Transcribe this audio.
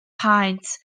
paent